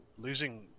losing